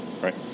Right